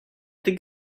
think